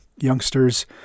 youngsters